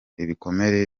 ibikomere